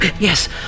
Yes